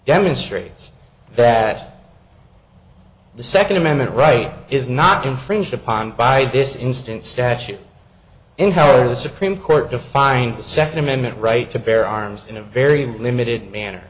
demonstrates that the second amendment right is not infringed upon by this instance statute in florida supreme court defined the second amendment right to bear arms in a very limited manner